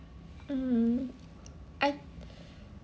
hmm I